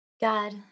God